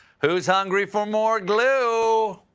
who's hungry for more glue.